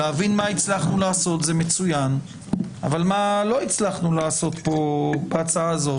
להבין מה הצלחנו לעשות אבל מה לא הצלחנו לעשות בהצעה הזאת.